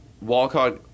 Walcott